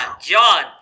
John